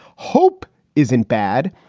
hope isn't bad.